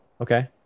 Okay